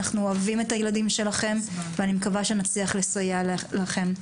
אנחנו אוהבים את הילדים שלכם ואני מקווה שנצליח לסייע לכם.